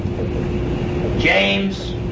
James